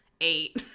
eight